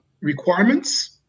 requirements